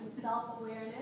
self-awareness